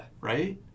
Right